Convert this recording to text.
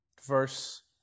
Verse